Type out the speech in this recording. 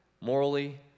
morally